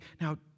Now